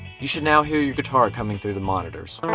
you should now hear your guitar coming through the monitors.